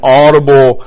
audible